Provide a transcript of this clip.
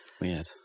Weird